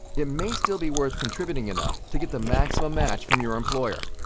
it may still be worth contributing enough to get the maximum match from your employer.